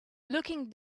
looking